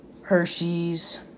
Hershey's